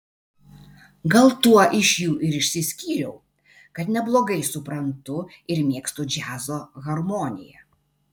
gal tuo iš jų ir išsiskyriau kad neblogai suprantu ir mėgstu džiazo harmoniją